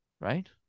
right